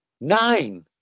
Nine